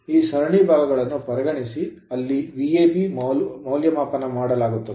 ಈ ಸರಣಿ ಭಾಗಗಳನ್ನು ಪರಿಗಣಿಸಿ ಅಲ್ಲಿ Va b ಮೌಲ್ಯಮಾಪನ ಮಾಡಲಾಗುತ್ತದೆ